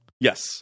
Yes